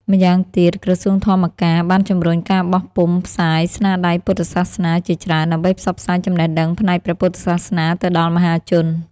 ម្យ៉ាងទៀត ក្រសួងធម្មការបានជំរុញការបោះពុម្ពផ្សាយស្នាដៃពុទ្ធសាសនាជាច្រើន ដើម្បីផ្សព្វផ្សាយចំណេះដឹងផ្នែកព្រះពុទ្ធសាសនាទៅដល់មហាជន។